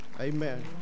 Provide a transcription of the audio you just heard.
Amen